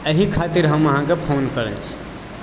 एही खातिर हम अहाँके फोन करै छी